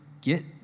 get